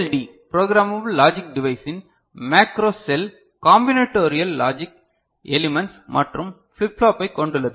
D programmable logic டிவைஸின் macro cell combinatorial logic elements மற்றும் flip ஃப்ளாப்பைக் கொண்டுள்ளது